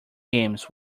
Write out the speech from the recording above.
games